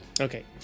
Okay